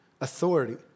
authority